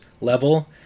level